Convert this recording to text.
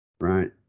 Right